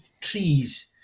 trees